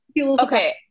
Okay